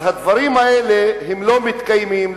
אז הדברים האלה לא מתקיימים,